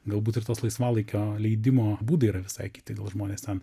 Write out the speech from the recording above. galbūt ir tos laisvalaikio leidimo būdai yra visai kiti žmonės ten